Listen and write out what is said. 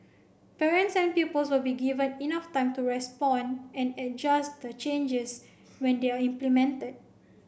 parents and pupils will be given enough time to respond and adjust to changes when they are implemented